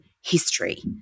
history